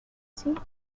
safe